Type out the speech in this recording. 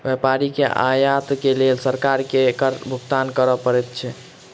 व्यापारी के आयत के लेल सरकार के कर भुगतान कर पड़ैत अछि